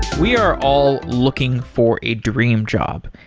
we are all looking for a dream job.